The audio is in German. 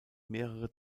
mehrere